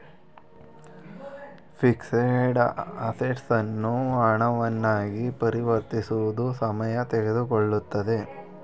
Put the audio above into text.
fixed assets ಅನ್ನು ಹಣವನ್ನ ಆಗಿ ಪರಿವರ್ತಿಸುವುದು ಸಮಯ ತೆಗೆದುಕೊಳ್ಳುತ್ತದೆ